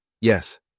Yes